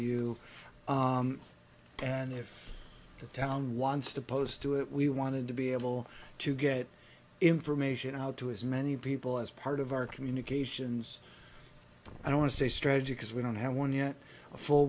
you and if the town wants to post to it we wanted to be able to get information out to as many people as part of our communications i don't want to say strategy because we don't have one yet